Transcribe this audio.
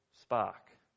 spark